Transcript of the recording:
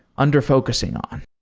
under-focusing on?